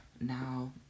Now